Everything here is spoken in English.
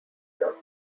not